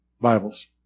Bibles